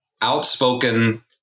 outspoken